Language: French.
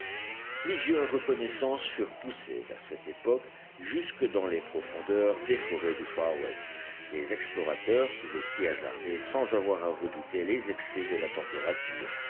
plusieurs reconnaissances furent poussées vers cette époque jusque dans les profondeurs des forêts du far west les explorateurs pouvaient s'y hasarder sans avoir à redouter les excès de la température